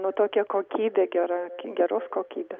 nu tokia kokybė gera geros kokybės